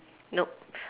nope